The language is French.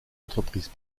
entreprise